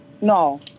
No